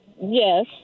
Yes